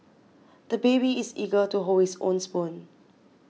the baby is eager to hold his own spoon